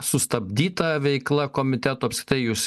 sustabdyta veikla komiteto apskritai jūs